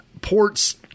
ports